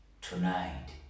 tonight